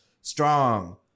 Strong